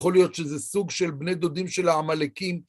יכול להיות שזה סוג של בני דודים של העמלקים.